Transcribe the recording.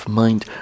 mind